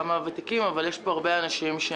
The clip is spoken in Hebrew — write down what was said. כמו רוב האנשים פה.